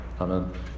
Amen